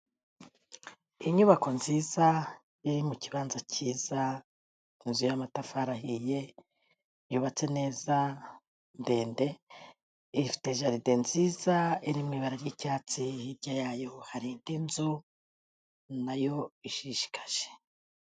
Inyubako nziza iri mu kibanza cyiza, inzu y'amatafari ahiye, yubatse neza ndende ifite jaride nziza iri mu ibara ry'icyatsi, hirya yayo hari indi nzu nayo ishishikaje.